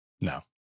No